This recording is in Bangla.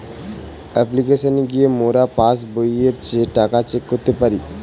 অপ্লিকেশনে গিয়ে মোরা পাস্ বইয়ের টাকা চেক করতে পারি